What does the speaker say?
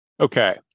Okay